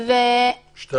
ואני גרה עם 12 בנות.